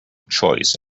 choice